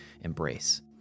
embrace